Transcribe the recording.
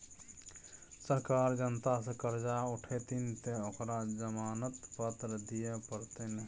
सरकार जनता सँ करजा उठेतनि तँ ओकरा जमानत पत्र दिअ पड़तै ने